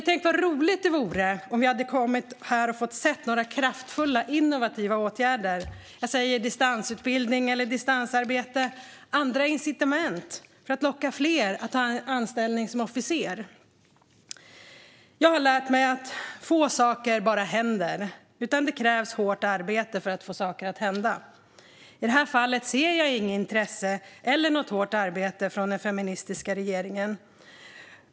Tänk vad roligt det skulle ha varit om vi här hade fått se några kraftfulla innovativa förslag på åtgärder! Jag tänker på till exempel distansutbildning eller distansarbete och andra incitament för att locka fler att ta anställning som officer. Jag har lärt mig att få saker bara händer. Det krävs hårt arbete för att få saker att hända. I det här fallet ser jag inget intresse eller något hårt arbete från den feministiska regeringen.